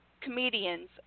comedians